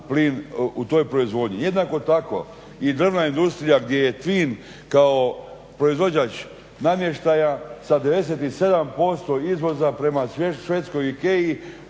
plin u toj proizvodnji. Jednako tako i drvna industrija gdje je cilj kao proizvođač namještaj sa 97% izvoza prema Švedskoj IKEA-i